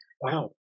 Wow